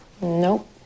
Nope